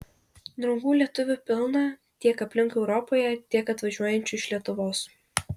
draugų lietuvių pilna tiek aplink europoje tiek atvažiuojančių iš lietuvos